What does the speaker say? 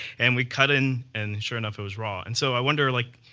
and we cut in, and sure enough, it was raw. and so i wonder, like,